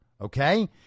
okay